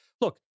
Look